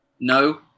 No